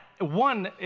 one